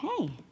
Okay